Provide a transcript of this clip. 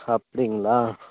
அப்படிங்களா